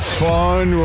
fun